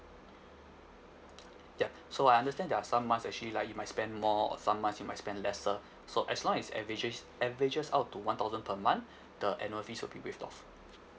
yup so I understand there are some months actually like you might spend more or some months you might spend lesser so as long as averages averages out to one thousand per month the annual fees will be waived off